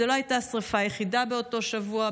זו לא הייתה השרפה היחידה באותו שבוע.